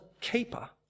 keeper